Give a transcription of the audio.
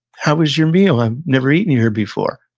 how was your meal? i've never eaten here before.